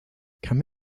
come